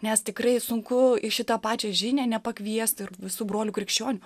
nes tikrai sunku į šitą pačią žinią nepakviesti ir visų brolių krikščionių